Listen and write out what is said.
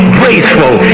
graceful